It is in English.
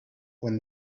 when